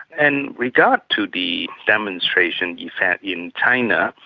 and regard to the demonstration's effect in china,